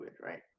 right